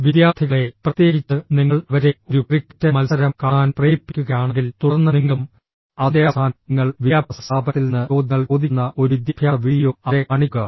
വിദ്യാർത്ഥികളേ പ്രത്യേകിച്ച് നിങ്ങൾ അവരെ ഒരു ക്രിക്കറ്റ് മത്സരം കാണാൻ പ്രേരിപ്പിക്കുകയാണെങ്കിൽ തുടർന്ന് നിങ്ങളും അതിന്റെ അവസാനം നിങ്ങൾ വിദ്യാഭ്യാസ സ്ഥാപനത്തിൽ നിന്ന് ചോദ്യങ്ങൾ ചോദിക്കുന്ന ഒരു വിദ്യാഭ്യാസ വീഡിയോ അവരെ കാണിക്കുക